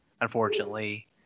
unfortunately